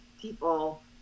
people